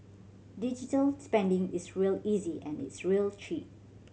digital spending is real easy and it's real cheap